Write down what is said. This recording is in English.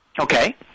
Okay